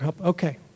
Okay